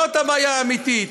זאת הבעיה האמיתית,